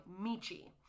Michi